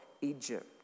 Egypt